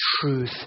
truth